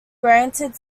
granted